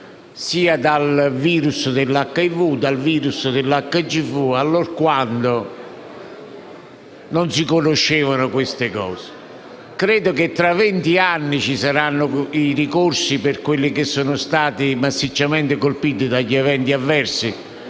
sia dal virus dell'HIV sia dall'HCV allorquando non si conoscevano queste cose. Credo che tra vent'anni ci saranno i ricorsi per i soggetti che sono stati massicciamente colpiti da eventi avversi